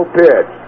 pitch